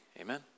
Amen